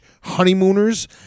honeymooners